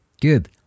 Good